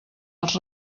els